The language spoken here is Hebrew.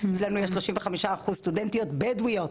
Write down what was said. אצלנו יש כ25% סטודנטיות בדואיות,